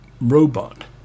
robot